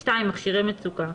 (2) מכשירי מצוקה,